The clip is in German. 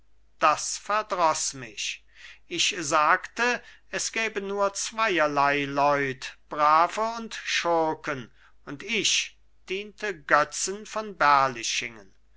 das verdroß mich ich sagte es gäbe nur zweierlei leut brave und schurken und ich diente götzen von berlichingen